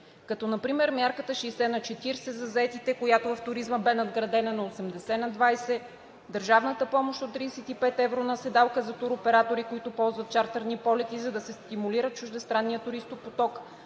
като например мярката 60/40 за заетите, която от туризма бе надградена на 80/20; държавната помощ от 35 евро на седалка за туроператори, които ползват чартърни полети, за да се стимулира чуждестранният туристопоток;